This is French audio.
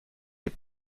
des